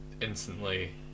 instantly